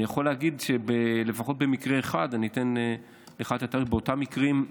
אני יכול להגיד שלפחות במקרה אחד באותם מקרים,